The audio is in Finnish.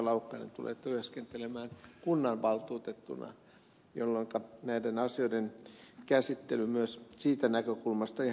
laukkanen tulee työskentelemään kunnanvaltuutettuna jolloinka näiden asioiden käsittely myös siitä näkökulmasta on ihan paikallaan